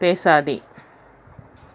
பேசாதே